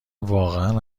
واقعا